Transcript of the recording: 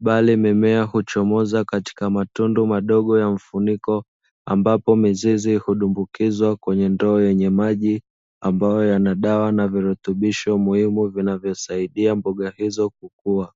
bali mimea huchomoza katika matundu madogo ya mfuniko, ambapo mizizi hudumbukizwa kwenye ndoo yenye maji ambayo yana dawa na virutubisho muhimu vinavyosaidia mboga hizo kukua.